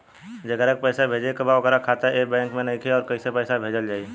जेकरा के पैसा भेजे के बा ओकर खाता ए बैंक मे नईखे और कैसे पैसा भेजल जायी?